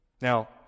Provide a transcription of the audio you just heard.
Now